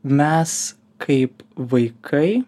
mes kaip vaikai